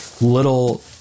little